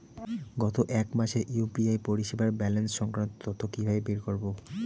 গত এক মাসের ইউ.পি.আই পরিষেবার ব্যালান্স সংক্রান্ত তথ্য কি কিভাবে বের করব?